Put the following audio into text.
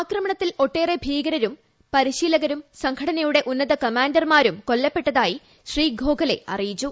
ആക്രമണത്തിൽ ഒട്ടേറെ ഭീകരരും പരിശീലകരും സംഘടനയുടെ ഉന്നത കമാന്റർമാരും കൊല്ലപ്പെട്ടതായി ശ്രീ ഗോഖലെ അറിയിച്ചു